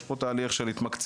יש פה תהליך של התמקצעות,